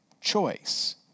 choice